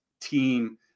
team